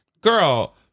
girl